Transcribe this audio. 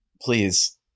Please